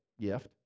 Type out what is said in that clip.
gift